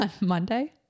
Monday